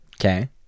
Okay